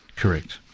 correct.